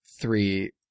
three